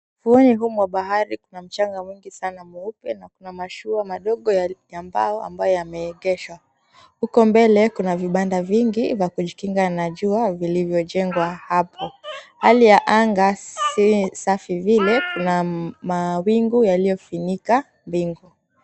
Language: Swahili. Ufuoni humu wa bahari kuna mchanga mwingi saana mweupe na kuna mashua madogo ya mbao ambayo yameegeshwa. Huko mbele kuna vibanda vingi vya kujikinga na jua vilivyojengwa hapo. Hali ya anga si safi vile kuna mawingu yaliyofinika mbingu.